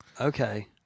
Okay